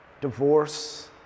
Divorce